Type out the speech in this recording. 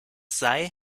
sei